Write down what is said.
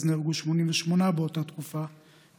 אז נהרגו 88 באותה תקופה,